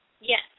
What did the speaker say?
Yes